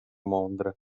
mądre